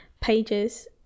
pages